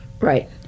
right